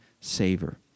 saver